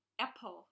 apple